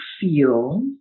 feel